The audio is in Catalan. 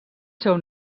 seu